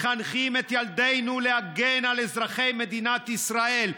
מחנכים את ילדינו להגן על אזרחי מדינת ישראל,